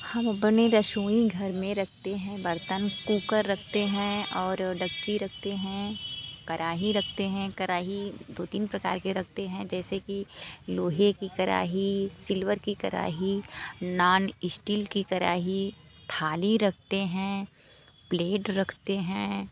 हम अपनी रसोई घर में रखते हैं बर्तन कूकर रखते हैं और डक्ची रखते हैं कराही रखते हैं कराही दो तीन प्रकार के रखते हैं जैसे कि लोहे की कराही सिल्वर की कराही नान स्टीक की कराही थाली रखते हैं प्लेट रखते हैं